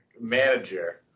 manager